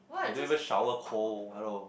you don't even shower cold hello